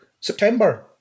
September